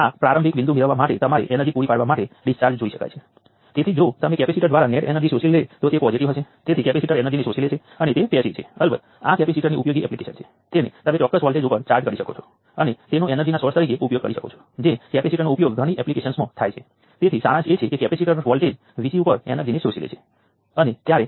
બીજી બાજુ જો તમારી પાસે અનેક સોર્સો છે અને હું વોલ્ટેજ અને કરંટ બંને સોર્સ બતાવીશ તો અમારી પાસે ફક્ત રઝિસ્ટરો વાળા નેટવર્ક સાથે જોડાયેલા અનેક સોર્સો છે